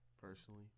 Personally